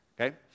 okay